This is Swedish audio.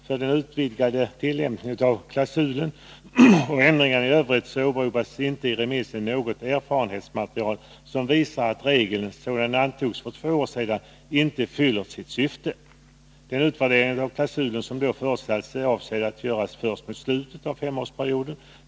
”För den utvidgade tillämpningen av klausulen och ändringarna i övrigt åberopas inte i remissen något erfarenhetsmaterial som visar att regeln sådan den antogs för två år sedan inte fyller sitt syfte. Den utvärdering av klausulen som då förutsattes är avsedd att göras först mot slutet av femårsperioden.